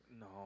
No